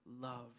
love